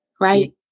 right